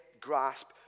grasp